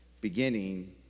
beginning